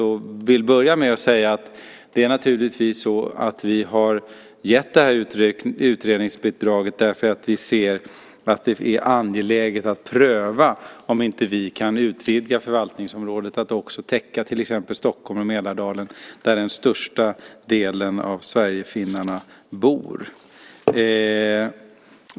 Jag vill börja med att säga att vi naturligtvis har gett det här utredningsuppdraget därför att vi ser att det är angeläget att pröva om vi inte kan utvidga förvaltningsområdet till att också täcka till exempel Stockholm och Mälardalen, där den största delen av sverigefinnarna bor.